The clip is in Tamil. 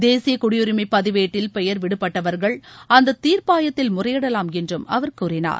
தேசிய குடியுரிமை பதிவேட்டில் பெயர் விடுபட்டவர்கள் அந்த தீர்ப்பாயத்தில் முறையிடலாம் என்று அவர் கூறினார்